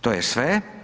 To je sve.